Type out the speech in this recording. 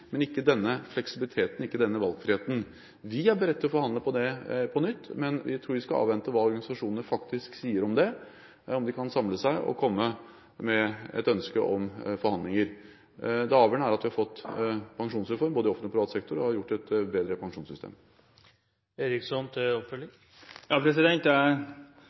men ikke denne fleksibiliteten, ikke denne valgfriheten. Vi er beredt til å forhandle om det på nytt, men jeg tror vi skal avvente hva organisasjonene faktisk sier om det, om de kan samle seg og komme med et ønske om forhandlinger. Det avgjørende er at vi har fått en pensjonsreform i både offentlig og privat sektor som har gitt et bedre